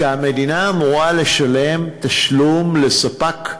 כשהמדינה אמורה לשלם תשלום לספק,